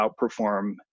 outperform